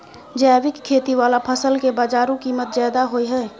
जैविक खेती वाला फसल के बाजारू कीमत ज्यादा होय हय